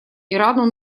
ирану